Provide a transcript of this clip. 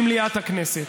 במליאת הכנסת.